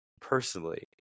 personally